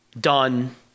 done